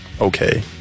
okay